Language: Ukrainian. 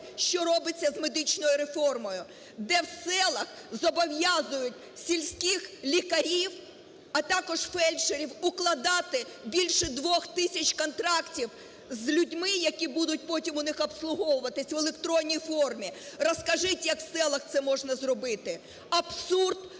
що робиться з медичною реформою, де в селах зобов'язують сільських лікарів, а також фельдшерів, укладати більше 2 тисяч контрактів з людьми, які будуть потім у них обслуговуватись в електронній формі. Розкажіть, як в селах це можна зробити. Абсурд